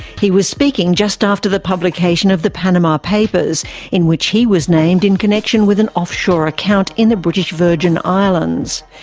he was speaking just after the publication of the panama papers in which he was named in connection with an offshore account in the british virgin islands.